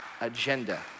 agenda